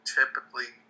typically